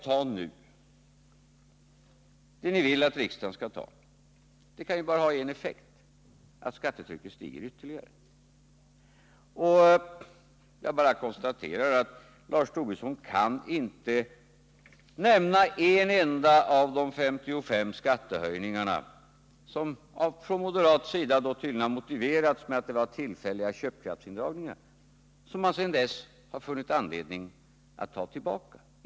Det beslut som ni vill att riksdagen nu skall fatta kan bara ha en effekt, nämligen att skattetrycket stiger ytterligare. Jag bara konstaterar att Lars Tobisson inte kan nämna en enda av de 55 skattehöjningar som från moderat sida tydligen har motiverats med att det var fråga om tillfälliga köpkraftsindragningar som man sedan dess har funnit anledning att ta tillbaka.